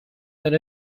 and